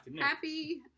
happy